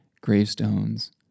gravestones